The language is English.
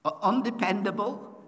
undependable